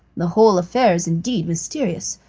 the whole affair is indeed mysterious.